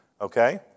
Okay